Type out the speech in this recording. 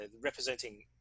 representing